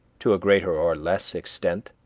to a greater or less extent,